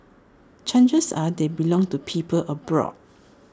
chances are they belong to people abroad